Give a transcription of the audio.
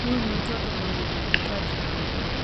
Huyu ni mtoto mwenye mahitaji maalum,